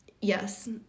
Yes